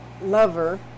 lover